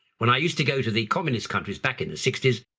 when i used to go to the communist countries back in the sixty s,